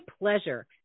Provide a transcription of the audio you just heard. pleasure